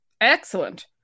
Excellent